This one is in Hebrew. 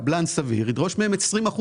קבלן סביר ידרוש מהם את ה-20%,